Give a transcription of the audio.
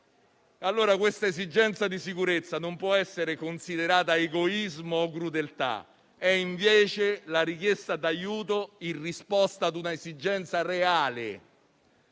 fa. Questa esigenza di sicurezza non può essere considerata egoismo o crudeltà, ma è la richiesta di aiuto, in risposta ad un'esigenza reale